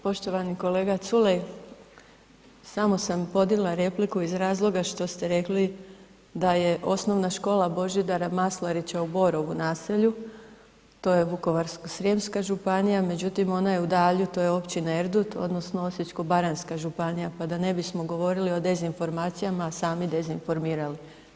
Poštovani kolega Culej samo sam podigla repliku iz razloga što ste rekli da je Osnovna škola Božidara Maslarića u Borovu Naselju to je Vukovarsko-srijemska županija, međutim ona je u Dalju, to je općina Erdut odnosno Osječko-baranjska županija pa da ne bismo govorili o dezinformacijama, a sami dezinformirali.